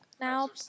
now